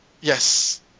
Yes